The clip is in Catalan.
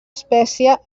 espècie